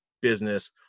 business